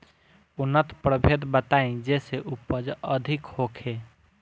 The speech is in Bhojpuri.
उन्नत प्रभेद बताई जेसे उपज अधिक होखे?